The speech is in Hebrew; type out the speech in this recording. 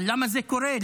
אבל למה זה קורה?